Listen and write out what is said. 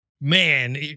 Man